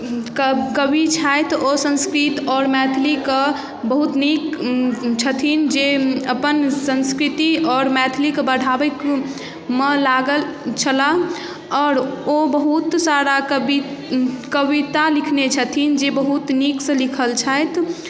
कऽ कवि छथि ओ संस्कृत आओर मैथिलीके बहुत नीक छथिन जे अपन संस्कृति आओर मैथिलीके बढ़ाबैमे लागल छलाह आओर ओ बहुत सारा कवि कविता लिखने छथिन जे बहुत नीक सँ लिखल छथि